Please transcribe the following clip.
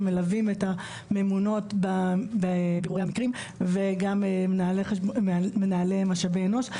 שמלווים את הממונות וגם מנהלי משאבי אנוש,